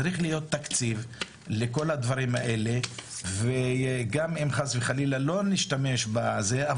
צריך להיות תקציב לכל הדברים האלה וגם אם חס וחלילה לא נשתמש בזה,